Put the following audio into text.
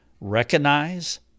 Recognize